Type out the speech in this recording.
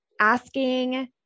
asking